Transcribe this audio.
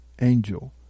angel